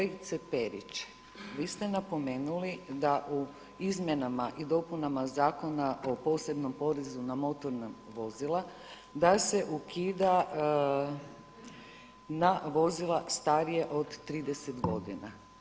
Kolegice Perić, vi ste napomenuli da u izmjenama i dopunama Zakona o posebnom porezu na motorna vozila, da se ukida na vozila starije od 30 godina.